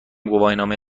گواهینامه